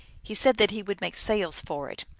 he said that he would make sails for it.